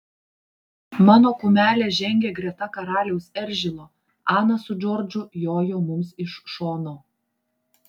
mano kumelė žengė greta karaliaus eržilo ana su džordžu jojo mums iš šono